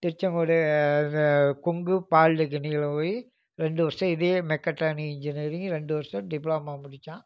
திருச்செங்கோடு இது கொங்கு பால்டெக்னிக்ல போய் ரெண்டு வருஷம் இதே மெக்கட்ரானிக் இன்ஜினியரிங் ரெண்டு வருஷம் டிப்ளமா முடித்தான்